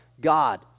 God